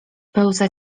pełza